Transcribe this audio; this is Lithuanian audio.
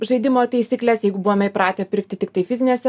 žaidimo taisykles jeigu buvome įpratę pirkti tiktai fizinėse